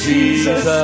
Jesus